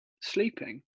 sleeping